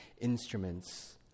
instruments